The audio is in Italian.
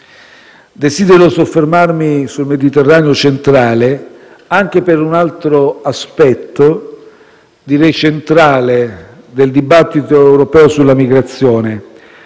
Desidero soffermarmi sul Mediterraneo centrale anche per un altro aspetto cruciale del dibattito europeo sulla migrazione: